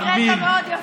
הקראת מאוד יפה.